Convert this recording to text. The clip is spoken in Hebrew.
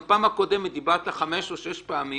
גם בפעם הקודמת דיברת חמש או שש פעמים